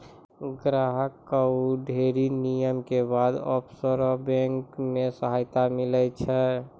ग्राहक कअ ढ़ेरी नियम के बाद ऑफशोर बैंक मे सदस्यता मीलै छै